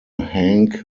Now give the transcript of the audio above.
hank